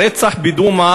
הרצח בדומא